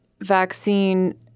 vaccine